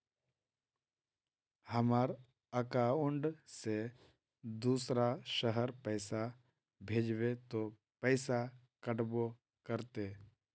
हमर अकाउंट से दूसरा शहर पैसा भेजबे ते पैसा कटबो करते?